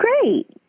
great